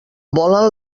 volen